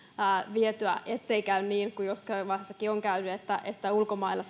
vietyä ettei käy niin kuin jossain vaiheessakin on käynyt että vasta ulkomailla